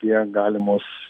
apie galimus